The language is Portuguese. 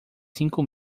cinco